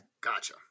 Gotcha